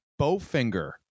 Bowfinger